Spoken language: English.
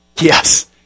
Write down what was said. Yes